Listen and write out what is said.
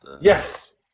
Yes